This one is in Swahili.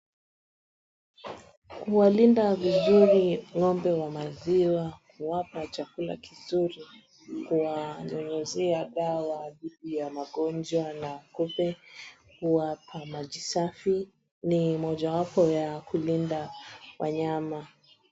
Kuwalinda vizuri ng'ombe wa maziwa, kuwapa chakula kizuri, kuwanyunyizia dawa dhidi ya magonjwa na kupe, kuwapa maji safi, ni mojawapo ya kulinda wanyama.